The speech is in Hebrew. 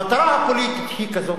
המטרה הפוליטית היא כזאת: